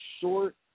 short